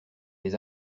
les